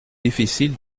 difficile